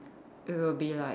it will be like